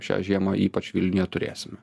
šią žiemą ypač vilniuje turėsime